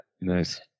nice